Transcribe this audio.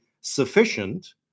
sufficient